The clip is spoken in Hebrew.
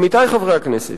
עמיתי חברי הכנסת,